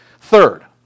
Third